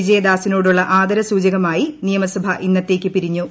വിജയദാസിനോടുള്ള ആദരസൂചകമായി നിയമസഭ ഇന്നത്തേയ്ക്ക് പിരിഞ്ഞു